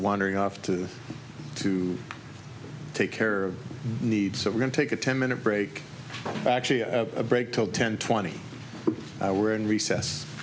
wandering off to to take care of need so we're going to take a ten minute break but actually i have a break till ten twenty were in recess